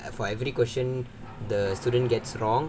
for every question the student gets wrong